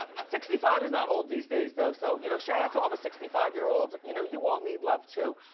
ah sixty five is not old these days though, so you know shout out to all the sixty five year olds. you know you all need love too.